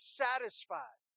satisfied